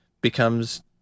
becomes